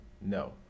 No